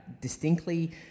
distinctly